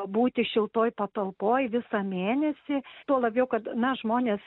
būti šiltoj patalpoj visą mėnesį tuo labiau kad na žmonės